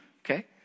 okay